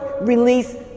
release